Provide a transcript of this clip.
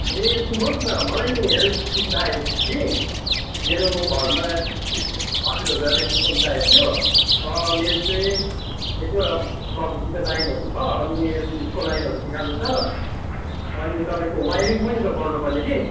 ए सुन्नुहोस् न मलाई नि इलेक्ट्रिसिटी चाहिएको थियो कि मेरो घरमा इलेक्ट्रिसिटीको हजुर हजुर इलेक्ट्रिसियन चाहिएको थियो मेरो चाहिँ एक दुईवटा बल्ब जुन चाहिँ लाइनहरू छ अनि फ्रिजको लाइनहरू निकाल्नु छ अनि तपाईँको वाइरिङ पनि छ गर्नुपर्ने कि